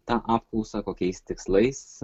tą apklausą kokiais tikslais